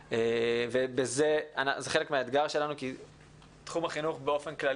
זה חלק מהאתגר שלנו כי תחום החינוך באופן כללי יתפוס